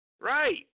Right